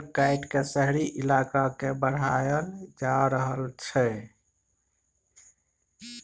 जंगल काइट के शहरी इलाका के बढ़ाएल जा रहल छइ